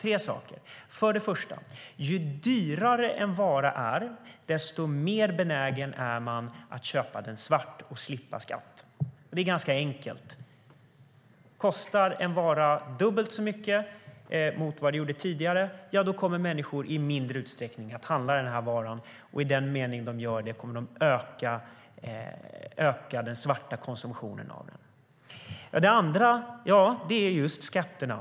Det första är att ju dyrare en vara är, desto mer benägen är man att köpa den svart och att slippa skatt. Det är ganska enkelt. Kostar en vara dubbelt så mycket jämfört med tidigare kommer människor i mindre utsträckning att handla varan. Och när de gör det kommer de att öka den svarta konsumtionen av den. Det andra är just skatterna.